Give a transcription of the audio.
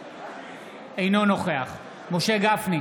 אינו נוכח משה גפני,